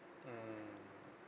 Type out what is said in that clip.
mmhmm